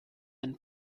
ein